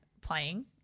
playing